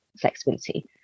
flexibility